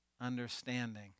understanding